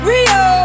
Rio